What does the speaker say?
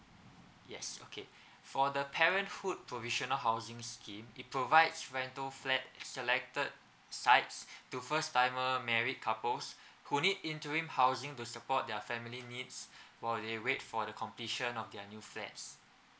yes okay for the parenthood provisional housing scheme it provides rental flat selected sites to first timer married couples who need interim housing to support their family needs while they wait for the completion of their new flats